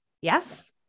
Yes